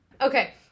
Okay